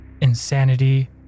insanity